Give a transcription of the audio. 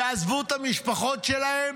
ועזבו את המשפחות שלהם,